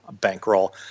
bankroll